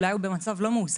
אולי הוא במצב לא מאוזן?